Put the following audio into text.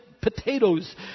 potatoes